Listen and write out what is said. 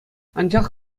анчах